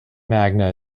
magna